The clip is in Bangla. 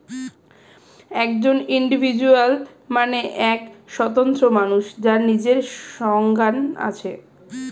একজন ইন্ডিভিজুয়াল মানে এক স্বতন্ত্র মানুষ যার নিজের সজ্ঞান আছে